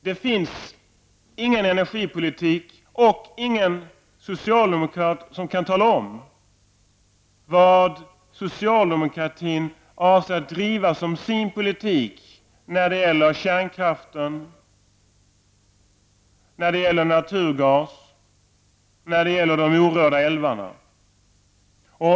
Det finns ingen energipolitik, och ingen socialdemokrat som kan tala om vad socialdemokratin avser att driva som sin politik när det gäller kärnkraft, naturgas och de orörda älvarna.